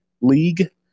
League